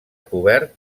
cobert